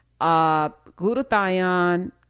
Glutathione